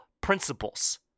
principles